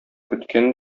көткән